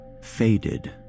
faded